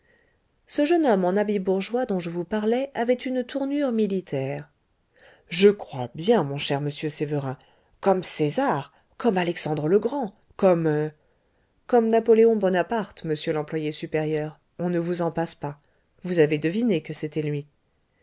ce jeune homme en habit bourgeois dont je vous parlais avait une tournure militaire je crois bien mon cher monsieur sévérin comme césar comme alexandre le grand comme comme napoléon bonaparte monsieur l'employé supérieur on ne vous en passe pas vous avez deviné que c'était lui